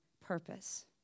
purpose